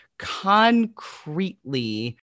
concretely